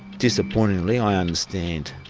disappointingly, i understand.